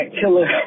killer